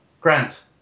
Grant